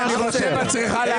קטי, אני חושב שאת צריכה להציג.